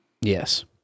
Yes